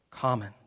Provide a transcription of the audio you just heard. common